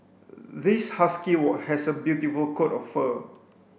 this husky has a beautiful coat of fur